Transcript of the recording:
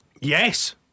Yes